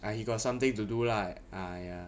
ah he got something to do lah !aiya!